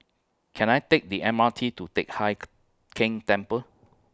Can I Take The M R T to Teck Hai Keng Temple